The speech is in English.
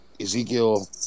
Ezekiel